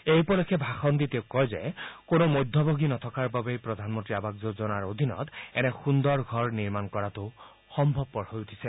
এই উপলক্ষে ভাষণ দি তেওঁ কয় যে কোনো মধ্যভোগী নথকাৰ বাবেই প্ৰধানমন্ত্ৰী আৱাস যোজনাৰ অধীনত এনে সুন্দৰ ঘৰ নিৰ্মণ কৰাটো সম্ভৱপৰ হৈ উঠিছে